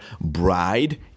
bride